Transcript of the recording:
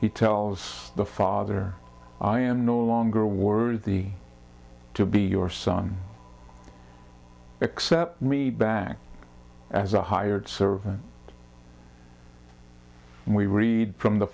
he tells the father i am no longer worthy to be your son accept me back as a hired servant and we read from the